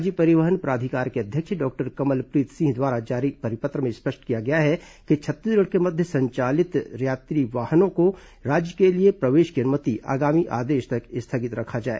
राज्य परिवहन प्राधिकार के अध्यक्ष डॉक्टर कमलप्रीत सिंह द्वारा जारी परिपत्र में स्पष्ट किया गया है कि छत्तीसगढ़ के मध्य संचालित यात्री वाहनों को राज्य के लिए प्रवेश की अनुमति आगामी आदेश तक स्थगित रखा जाए